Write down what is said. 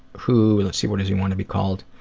who let's see what does he want to be called